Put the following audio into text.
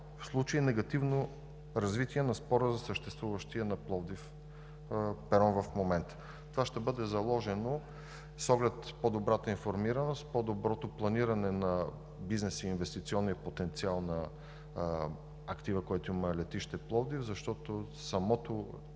в случай на негативно развитие на спора за съществуващия перон в Пловдив в момента. Това ще бъде заложено с оглед по-добрата информираност, по-доброто планиране на бизнес инвестиционния потенциал на актива, който има летище Пловдив, защото самото